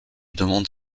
demande